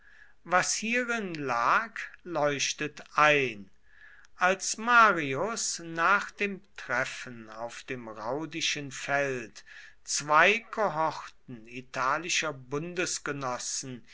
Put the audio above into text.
was hierin lag leuchtet ein als marius nach dem treffen auf dem raudischen feld zwei kohorten italischer